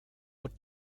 what